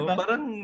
parang